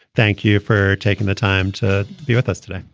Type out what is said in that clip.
thank you for taking the time to be with us today.